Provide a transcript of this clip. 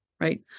right